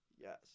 Yes